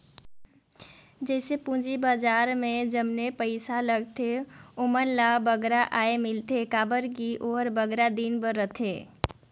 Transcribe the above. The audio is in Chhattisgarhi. जइसे पूंजी बजार में जमने पइसा लगाथें ओमन ल बगरा आय मिलथे काबर कि ओहर बगरा दिन बर रहथे